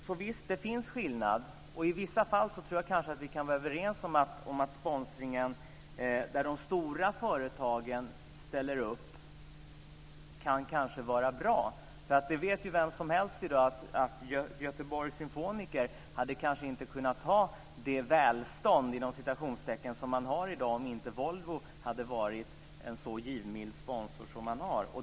Ja, visst finns det skillnader. I vissa fall tror jag att vi kan vara överens om att sponsring där stora företag ställer upp kanske är bra. Men vem som helst vet ju i dag att Göteborgs symfoniker kanske inte hade kunnat ha det "välstånd" som man har i dag om inte Volvo hade varit en så givmild sponsor.